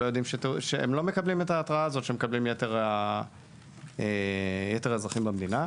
הם לא מקבלים את ההתראה הזו שמקבלים יתר האזרחים במדינה.